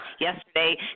yesterday